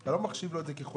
אתה לא מחשיב לו את זה כחודשי.